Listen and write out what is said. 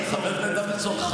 חבר הכנסת דוידסון,